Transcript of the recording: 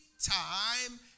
time